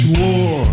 war